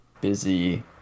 busy